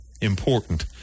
important